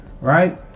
right